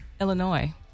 Illinois